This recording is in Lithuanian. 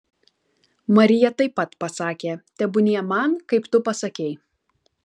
marija taip pat pasakė tebūnie man kaip tu pasakei